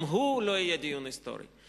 גם הוא לא יהיה דיון היסטורי,